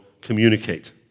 communicate